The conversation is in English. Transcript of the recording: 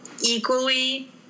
equally